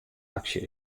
aksje